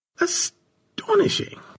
Astonishing